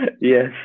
yes